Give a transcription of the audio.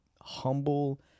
humble